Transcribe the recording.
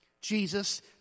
Jesus